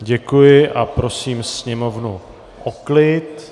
Děkuji a prosím sněmovnu o klid.